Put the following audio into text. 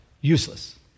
useless